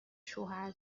شوهر